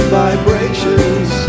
vibrations